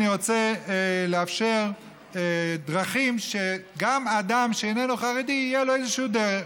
אני רוצה לאפשר דרכים שגם אדם שאיננו חרדי תהיה לו איזושהי דרך.